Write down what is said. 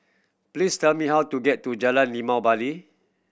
please tell me how to get to Jalan Limau Bali